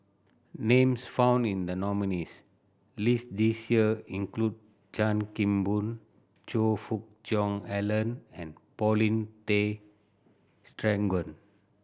names found in the nominees' list this year include Chan Kim Boon Choe Fook Cheong Alan and Paulin Tay Straughan